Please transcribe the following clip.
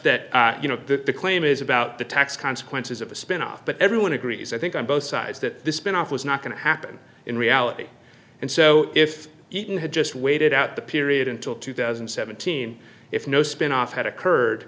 that you know the claim is about the tax consequences of a spin off but everyone agrees i think on both sides that the spin off was not going to happen in reality and so if eaton had just waited out the period until two thousand and seventeen if no spin off had occurred